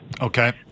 Okay